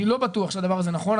אני לא בטוח שהדבר הזה נכון.